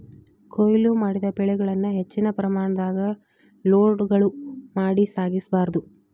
ಕೋಯ್ಲು ಮಾಡಿದ ಬೆಳೆಗಳನ್ನ ಹೆಚ್ಚಿನ ಪ್ರಮಾಣದಾಗ ಲೋಡ್ಗಳು ಮಾಡಿ ಸಾಗಿಸ ಬಾರ್ದು